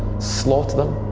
slaughter them,